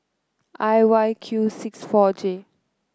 I Y Q six four J